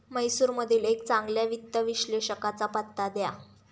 म्हैसूरमधील एका चांगल्या वित्त विश्लेषकाचा पत्ता द्या